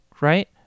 right